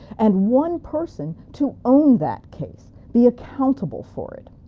and, one person to own that case be accountable for it.